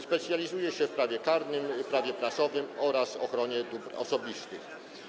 Specjalizuje się w prawie karnym, prawie prasowym oraz ochronie dóbr osobistych.